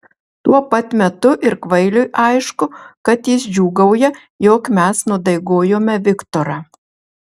tuo pat metu ir kvailiui aišku kad jis džiūgauja jog mes nudaigojome viktorą